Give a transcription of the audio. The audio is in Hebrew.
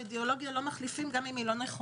הוא ענה: אידיאולוגיה לא מחליפים גם אם אינה נכונה...